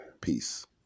Peace